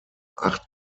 acht